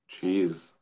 jeez